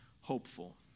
hopeful